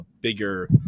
bigger